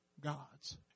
gods